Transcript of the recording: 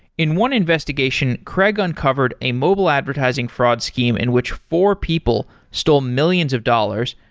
in one investigation, craig uncovered a mobile advertising fraud scheme in which four people stole millions of dollars,